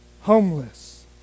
homeless